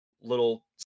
little